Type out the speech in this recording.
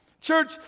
Church